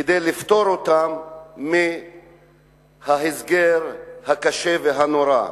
כדי לפטור אותם מההסגר הקשה והנורא,